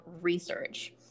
research